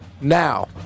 now